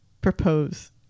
propose